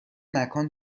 مکان